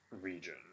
region